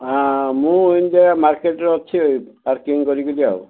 ହଁ ମୁଁ ଏମତିଆ ମାର୍କେଟ୍ରେ ଅଛି ଏଇ ପାର୍କିଂ କରିକିରି ଆଉ